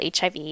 HIV